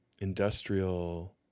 industrial